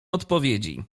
odpowiedzi